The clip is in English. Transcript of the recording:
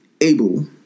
able